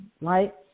right